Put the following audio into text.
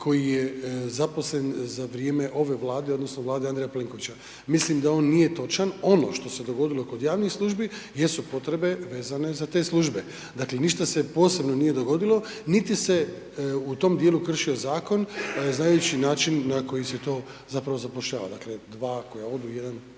koji je zaposlen za vrijeme ove Vlade odnosno Vlade Andreja Plenkovića. Mislim da on nije točan ono što se dogodilo kod javnih službi jesu potrebe vezane za te službe, dakle ništa se posebno nije dogodilo niti se u tom dijelu kršio zakon znajući način na koji se to zapravo zapošljava, dakle 2 koja odu 1